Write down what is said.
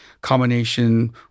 combination